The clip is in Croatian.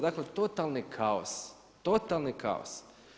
Dakle totalni kaos, totalni kaos.